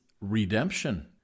redemption